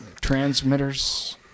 transmitters